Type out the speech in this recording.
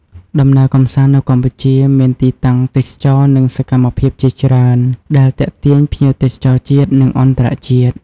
ដំណើរកំសាន្តនៅកម្ពុជា មានទីតាំងទេសចរណ៍និងសកម្មភាពជាច្រើនដែលទាក់ទាញភ្ញៀវទេសចរជាតិ និងអន្តរជាតិ។